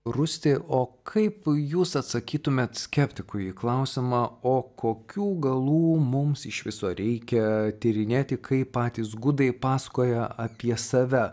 rūsti o kaip jūs atsakytumėt skeptikui į klausimą o kokių galų mums iš viso reikia tyrinėti kaip patys gudai pasakoja apie save